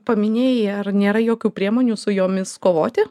paminėjai ar nėra jokių priemonių su jomis kovoti